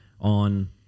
on